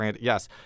Yes